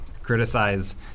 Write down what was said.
criticize